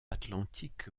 atlantique